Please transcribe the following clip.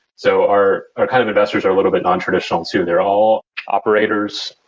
so our our kind of investors are a little bit nontraditional too. they're all operators,